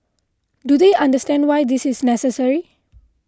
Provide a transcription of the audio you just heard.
do they understand why this is necessary